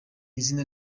izina